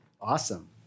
Awesome